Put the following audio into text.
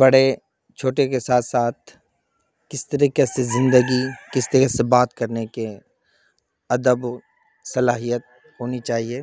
بڑے چھوٹے کے ساتھ ساتھ کس طریقے سے زندگی کس طریقے سے بات کرنے کے ادب صلاحیت ہونی چاہیے